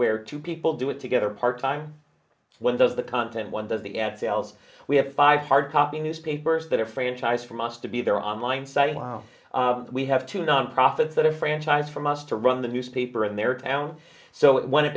where two people do it together part time when does the content one does the ad sales we have five hardcopy newspapers that are franchise from us to be their online site while we have two nonprofits that are franchise from us to run the newspaper in their town so when it